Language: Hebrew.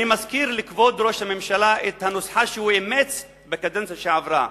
אני מזכיר לכבוד ראש הממשלה את הנוסחה שהוא אימץ בקדנציה שעברה: